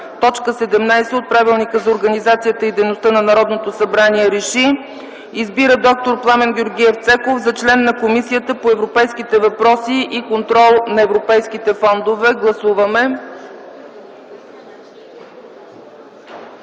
2, т. 17 от Правилника за организацията и дейността на Народното събрание РЕШИ: Избира д-р Пламен Георгиев Цеков за член на Комисията по европейските въпроси и контрол на европейските фондове”. Гласуваме.